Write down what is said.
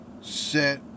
set